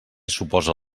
suposa